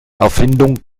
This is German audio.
erfindung